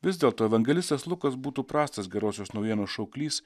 vis dėlto evangelistas lukas būtų prastas gerosios naujienos šauklys